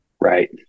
Right